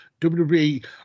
WWE